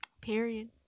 Period